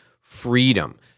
freedom